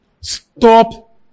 Stop